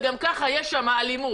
וגם ככה יש שם אלימות,